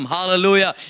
Hallelujah